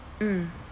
mm